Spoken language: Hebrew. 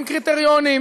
עם קריטריונים,